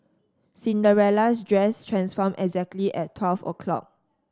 Cinderella's dress transformed exactly at twelve o'clock